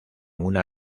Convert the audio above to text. una